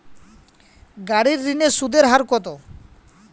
গাড়ির ঋণের সুদের হার কতো?